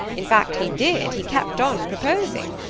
in fact he did. he kept on proposing.